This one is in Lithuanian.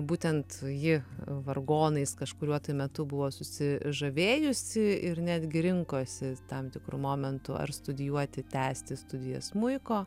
būtent ji vargonais kažkuriuo tai metu buvo susižavėjusi ir netgi rinkosi tam tikru momentu ar studijuoti tęsti studijas smuiko